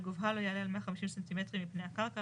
וגובהה לא יעלה על 150 סנטימטרים מפני הקרקע,